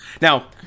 now